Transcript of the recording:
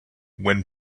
when